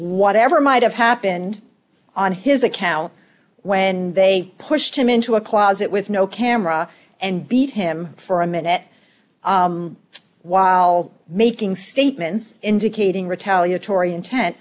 whatever might have happened on his account when they pushed him into a closet with no camera and beat him for a minute while making statements indicating retaliatory intent